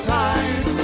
time